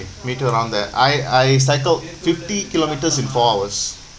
me too along that I I cycled fifty kilometres in four hours